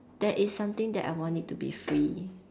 that is something that I want it to be free